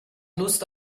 lust